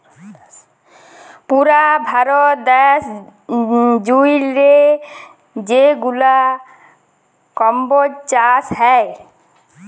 পুরা ভারত দ্যাশ জুইড়ে যেগলা কম্বজ চাষ হ্যয়